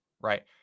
right